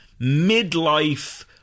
midlife